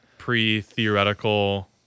pre-theoretical